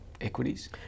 equities